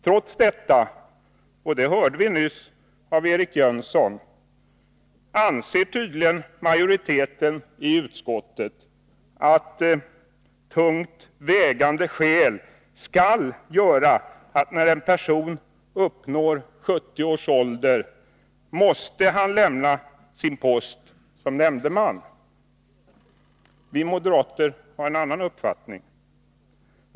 Trots detta anser tydligen majoriteten i utskottet — det hörde vi nyss av Eric Jönsson — att 70 års ålder är ett tungt vägande skäl för att en person måste lämna sin post som nämndeman. Vi moderater har en annan uppfattning.